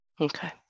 Okay